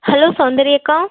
hello Soundari அக்கா